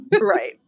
Right